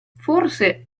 forse